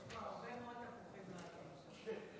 יש הרבה מאוד תפוחים לוהטים שם.